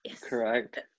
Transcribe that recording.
Correct